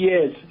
Yes